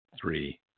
three